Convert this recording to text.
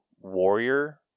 Warrior